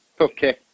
okay